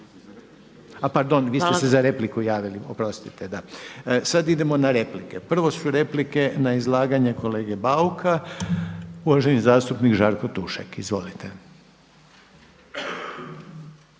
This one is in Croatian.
A pardon, vi ste se za repliku javili. Oprostite, da. Sad idemo na replike. Prvo su replike na izlaganje kolege Bauka. Uvaženi zastupnik Žarko Tušek. Izvolite.